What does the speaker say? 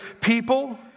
people